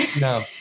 no